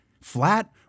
Flat